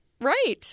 Right